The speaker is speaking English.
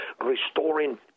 restoring